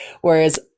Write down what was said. Whereas